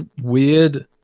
weird